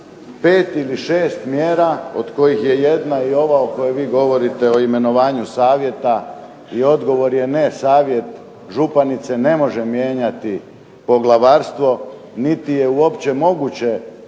a 5 ili 6 mjera, od kojih je jedna i ova o kojoj vi govorite o imenovanju Savjeta. I odgovor je ne, Savjet županice ne može mijenjati Poglavarstvo niti je uopće moguće